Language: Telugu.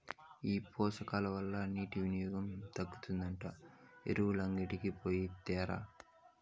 ఈ పోషకాల వల్ల నీటి వినియోగం తగ్గుతాదంట ఎరువులంగడికి పోయి తేరాదా